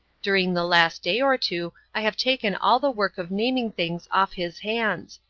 during the last day or two i have taken all the work of naming things off his hands,